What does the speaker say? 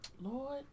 Lord